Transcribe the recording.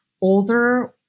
older